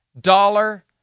dollar